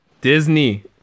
disney